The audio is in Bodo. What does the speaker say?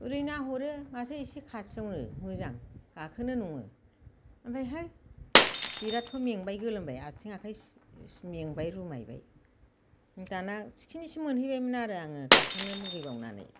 ओरै नाहरो एसे माथो खाथियावनो मोजां गाखोनो नङो ओमफ्राय है बिरादथ' मेंबाय गोलोमबाय आथिं आखाइ मेंबाय रुमायबाय दाना थिखिनिसिम मोनहैबायमोन आरो आङो गाखोनो लुगैबावनानै